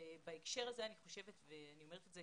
בהקשר הזה אני חושבת ואני אומרת את זה